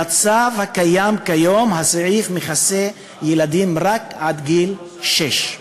במצב הקיים כיום, הסעיף מכסה ילדים רק עד גיל שש.